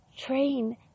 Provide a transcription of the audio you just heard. train